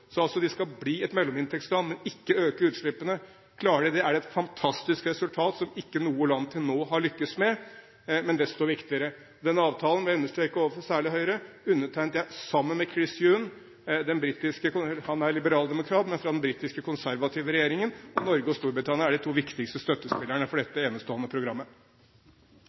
skal bli et mellominntektsland, men ikke øke utslippene. Klarer de det, er det et fantastisk resultat som ikke noe annet land til nå har lyktes med, men desto viktigere. Jeg vil understreke særlig overfor Høyre at denne avtalen undertegnet jeg sammen med Chris Huhne. Han er liberaldemokrat, men fra den britiske konservative regjeringen. Norge og Storbritannia er de to viktigste støttespillerne for dette enestående programmet.